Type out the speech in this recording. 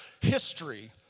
history